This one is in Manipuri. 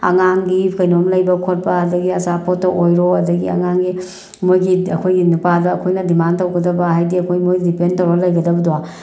ꯑꯉꯥꯡꯒꯤ ꯀꯩꯅꯣꯝ ꯂꯩꯕ ꯈꯣꯠꯄ ꯑꯗꯒꯤ ꯑꯆꯥꯄꯣꯠꯇ ꯑꯣꯏꯔꯣ ꯑꯗꯒꯤ ꯑꯉꯥꯡꯒꯤ ꯃꯣꯏꯒꯤ ꯑꯩꯈꯣꯏꯒꯤ ꯅꯨꯄꯥꯗ ꯑꯩꯈꯣꯏꯅ ꯗꯤꯃꯥꯟ ꯇꯧꯒꯗꯕ ꯍꯥꯏꯗꯤ ꯑꯩꯈꯣꯏꯅ ꯃꯣꯏꯗ ꯗꯤꯄꯦꯟ ꯇꯧꯔꯒ ꯂꯩꯒꯗꯕꯗꯣ